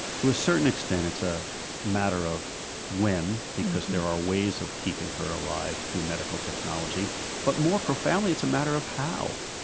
to a certain extent, it's a matter of when because there are ways of keeping her alive through medical technology, but more profoundly, it's a matter of how.